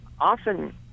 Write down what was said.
often